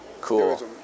cool